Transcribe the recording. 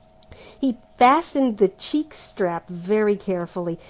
he fastened the cheek-strap very carefully,